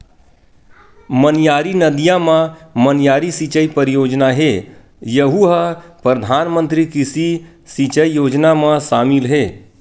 मनियारी नदिया म मनियारी सिचई परियोजना हे यहूँ ह परधानमंतरी कृषि सिंचई योजना म सामिल हे